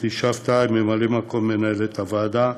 לאתי שבתאי, ממלאת מקום מנהלת הוועדה,